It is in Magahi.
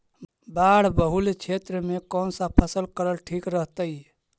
बाढ़ बहुल क्षेत्र में कौन फसल करल ठीक रहतइ?